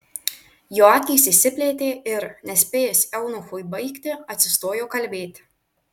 jo akys išsiplėtė ir nespėjus eunuchui baigti atsistojo kalbėti